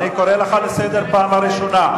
אני קורא אותך לסדר פעם ראשונה.